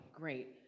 Great